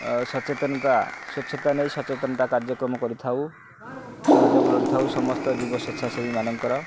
ସଚେତନତା ସ୍ୱଚ୍ଛତା ନେଇ ସଚେତନତା କାର୍ଯ୍ୟକ୍ରମ କରିଥାଉ ସହଯୋଗ ଲୋଡ଼ିଥାଉ ସମସ୍ତ ଯୁବ ସ୍ୱଚ୍ଛାସେବୀ ମାନଙ୍କର